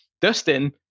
Dustin